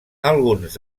alguns